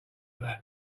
that